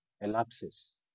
elapses